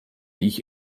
ich